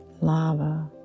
lava